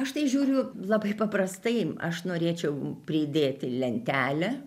aš tai žiūriu labai paprastai aš norėčiau pridėti lentelę